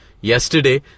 Yesterday